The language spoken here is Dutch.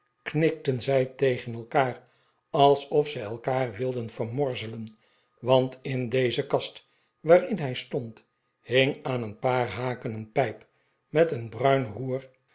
knikten zij tegen elkaar alsof zij elkaar wilden vernlorzelenj want in dezelfde kast waarin hij stond hing aan een paar haken een pijp met een bruin